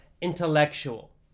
intellectual